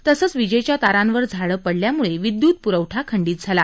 तसंच विजेच्या तारावर झाडं पडल्याम्ळे विद्युत प्रवठा खंडित झाला